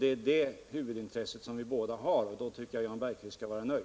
Det är det huvudintresset som vi båda har, och då tycker jag att Jan Bergqvist skall vara nöjd.